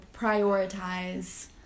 prioritize